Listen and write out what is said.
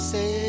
Say